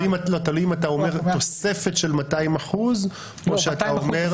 תלוי אם אתה אומר תוספת של 200% או שאתה אומר -- לא,